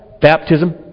baptism